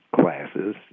classes